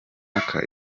impaka